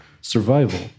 survival